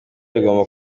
bigomba